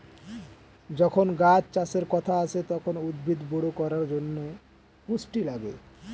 যখন গাছ চাষের কথা আসে, তখন উদ্ভিদ বড় করার জন্যে পুষ্টি লাগে